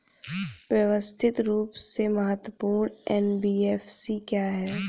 व्यवस्थित रूप से महत्वपूर्ण एन.बी.एफ.सी क्या हैं?